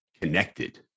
connected